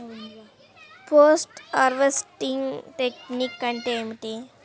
Post harvesting technique అంటే ఏమిటీ?